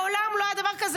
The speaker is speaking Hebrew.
מעולם לא היה דבר כזה.